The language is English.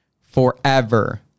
forever